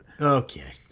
Okay